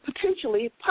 potentially